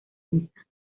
niza